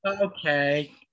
Okay